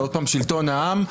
שלטון העם,